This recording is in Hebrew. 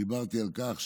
דיברתי על כך שאין,